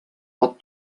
pot